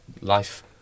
life